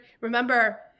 Remember